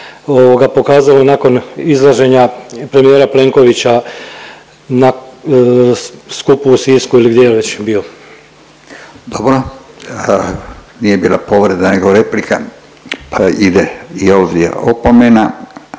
ovoga pokazalo nakon izlaženja premijera Plenkovića na skupu u Sisku ili gdje već je bio. **Radin, Furio (Nezavisni)** Dobro, nije bila povreda nego replika pa ide i ovdje opomena.